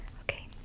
Okay